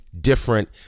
different